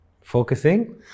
Focusing